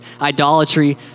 Idolatry